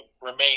remain